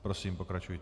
Prosím, pokračujte.